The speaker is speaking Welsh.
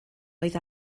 oedd